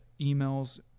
emails